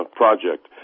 project